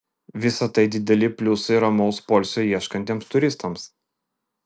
visa tai dideli pliusai ramaus poilsio ieškantiems turistams